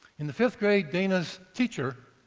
in the fifth grade, dana's teacher